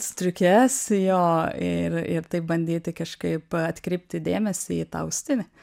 striukes jo ir ir taip bandyti kažkaip atkreipti dėmesį į tą austinį